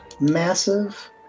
massive